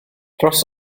dros